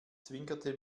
zwinkerte